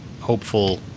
hopeful